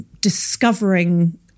Discovering